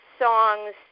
songs